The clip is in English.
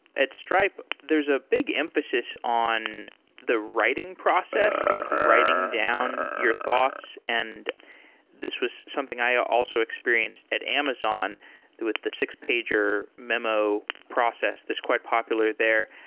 at stripe, there's a big emphasis on the writing process, like writing down your thoughts. and this was something i also experienced at amazon with the six-pager memo process that's quite popular there.